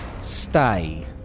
Stay